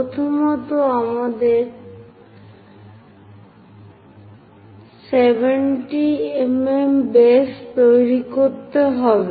প্রথমত আমাদের ছয় 70 mm বেস তৈরি করতে হবে